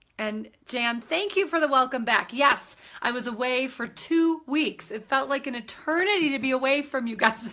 and jan, thank you for the welcome back. yes, i was away for two weeks. it felt like an eternity to be away from you guys